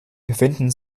befinden